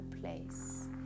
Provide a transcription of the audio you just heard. place